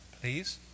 Please